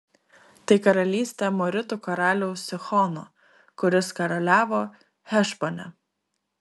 tai karalystė amoritų karaliaus sihono kuris karaliavo hešbone